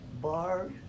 bar